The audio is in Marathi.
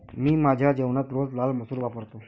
मी माझ्या जेवणात रोज लाल मसूर वापरतो